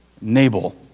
Nabal